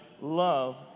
love